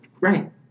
Right